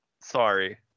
Sorry